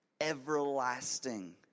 everlasting